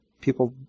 People